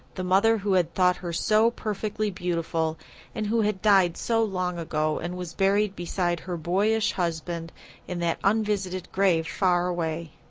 the mother who had thought her so perfectly beautiful and who had died so long ago and was buried beside her boyish husband in that unvisited grave far away.